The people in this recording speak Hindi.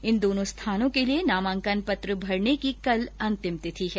इन दोनों स्थानों के लिये नामांकन पत्र भरने की कल अंतिम तिथि है